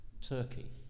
Turkey